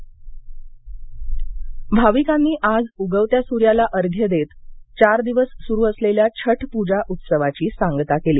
छठ पजा समाती भाविकांनी आज उगवत्या सूर्याला अर्घ्य देत चार दिवस सुरू असलेल्या छठ पूजा उत्सवाची सांगता केली